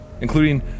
including